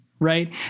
Right